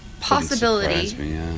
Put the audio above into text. possibility